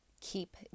keep